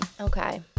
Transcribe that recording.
Okay